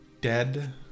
dead